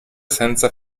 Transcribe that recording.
senza